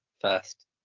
first